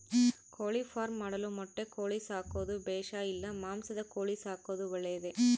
ಕೋಳಿಫಾರ್ಮ್ ಮಾಡಲು ಮೊಟ್ಟೆ ಕೋಳಿ ಸಾಕೋದು ಬೇಷಾ ಇಲ್ಲ ಮಾಂಸದ ಕೋಳಿ ಸಾಕೋದು ಒಳ್ಳೆಯದೇ?